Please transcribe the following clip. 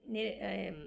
निर् अयम्